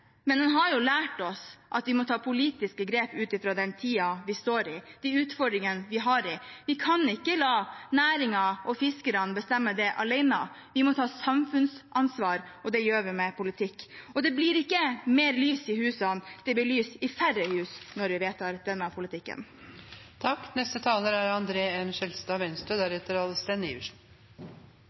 men den har også lært oss at vi må ta politiske grep ut fra den tiden vi står i, de utfordringene vi har. Vi kan ikke la næringen og fiskerne bestemme det alene. Vi må ta samfunnsansvar, og det gjør vi med politikk. Og det blir ikke mer «lys i husan» – det blir lys i færre hus når vi vedtar denne politikken.